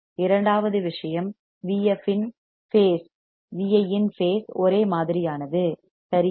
இரண்டாவது விஷயம் Vf இன் பேஸ் Vi இன் பேஸ் ஒரே மாதிரியானது சரியா